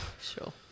Sure